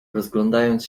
rozglądając